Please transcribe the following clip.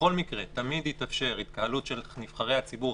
שבכל מקרה תמיד תתאפשר התקהלות של נבחרי הציבור,